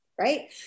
right